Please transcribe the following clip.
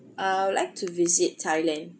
I would like to visit thailand